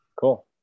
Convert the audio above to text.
Cool